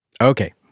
Okay